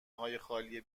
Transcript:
خالیهای